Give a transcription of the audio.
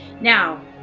Now